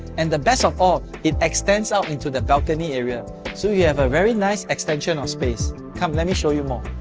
and the best of all, it extends out into the balcony area so you have a very nice extension of space. come, let me show you more!